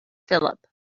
phillip